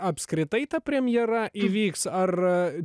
apskritai ta premjera įvyks ar